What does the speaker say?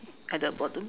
at the bottom